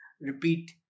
repeat